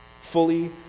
fully